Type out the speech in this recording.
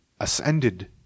ascended –